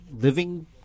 living